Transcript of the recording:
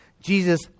Jesus